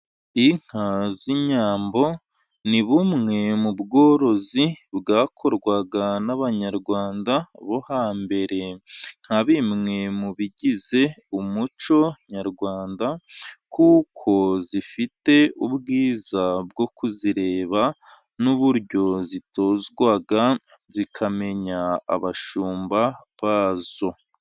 Inka z'inyambo, ni bumwe mu bworozi bwakorwaga n'abanyarwanda bo hambere, nka bimwe mu bigize umuco nyarwanda, kuko zifite ubwiza bwo kuzireba n'uburyo zitozwa zikamenya abashumba bazo.